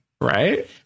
Right